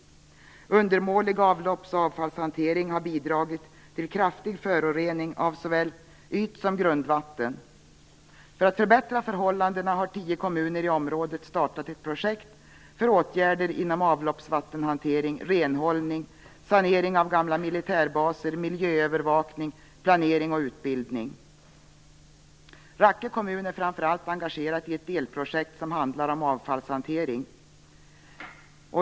Undermålig avlopps och avfallshantering har bidragit till kraftig förorening av såväl yt som grundvatten. För att förbättra förhållandena har tio kommuner i området startat ett projekt för åtgärder inom avloppsvattenhantering, renhållning, sanering av gamla militärbaser, miljöövervakning, planering och utbildning. Rakke kommun är framför allt engagerat i ett delprojekt som handlar om avfallshantering.